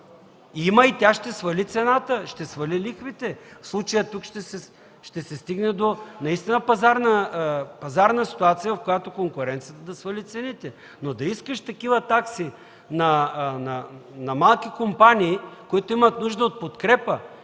Има и тя ще свали цената, ще свали лихвите, в случая тук ще се стигне наистина до пазарна ситуация, в която конкуренцията да свали цените, но да искаш такива такси на малки компании, които имат нужда от подкрепа,